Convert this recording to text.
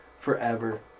Forever